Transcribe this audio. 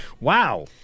Wow